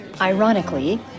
Ironically